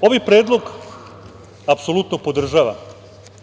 Ovaj predlog, apsolutno podržavam. Da